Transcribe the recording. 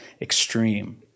extreme